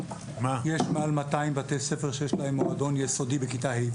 יש מעל 200 בתי ספר שיש להם מועדון יסודי בכיתה ה',